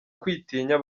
kwitinya